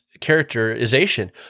characterization